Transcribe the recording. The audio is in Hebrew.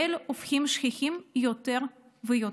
והופכים שכיחים יותר ויותר.